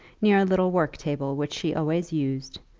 near a little work-table which she always used,